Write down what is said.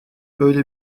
böyle